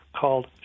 called